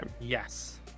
yes